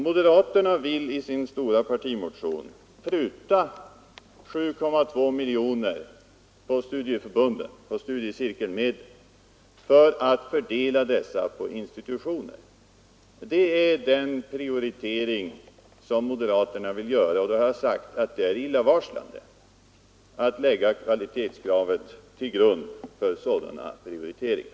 Moderaterna vill i sin stora partimotion pruta 7,2 miljoner kronor på studiecirkelmedel för att fördela detta belopp på institutioner. Det är den prioritering moderaterna vill göra, och då har jag sagt att det är illavarslande att lägga kvalitetskravet till grund för sådana prioriteringar.